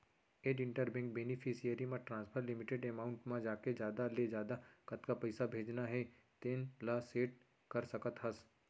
add inter bank beneficiary म transfer limit amount म जाके जादा ले जादा कतका पइसा भेजना हे तेन ल सेट कर सकत हस